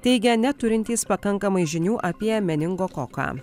teigia neturintys pakankamai žinių apie meningokoką